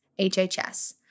HHS